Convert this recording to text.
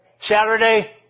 Saturday